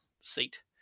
seat